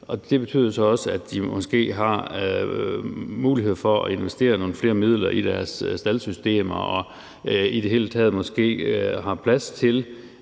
Det betyder så også, at de måske har mulighed for at investere nogle flere midler i deres staldsystemer og i det hele taget måske har plads til